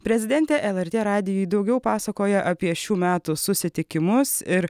prezidentė lrt radijui daugiau pasakoja apie šių metų susitikimus ir